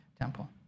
temple